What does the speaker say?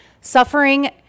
Suffering